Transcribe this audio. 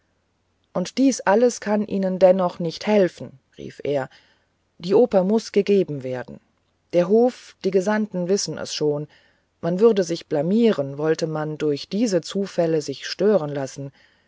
und dies alles kann ihnen dennoch nicht helfen rief er die oper muß gegeben werden der hof die gesandten wissen es schon man würde sich blamieren wollte man durch diese zufälle sich stören lassen